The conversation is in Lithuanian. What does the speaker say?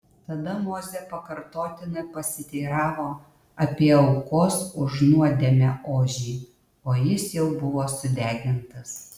tada mozė pakartotinai pasiteiravo apie aukos už nuodėmę ožį o jis jau buvo sudegintas